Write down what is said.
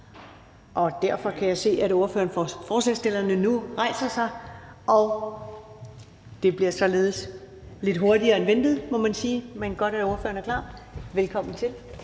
Derfor kan jeg se, at ordføreren for forslagsstillerne nu rejser sig og således får ordet lidt hurtigere end ventet, må man sige, men det er godt, at ordføreren er klar. Velkommen til.